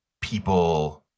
people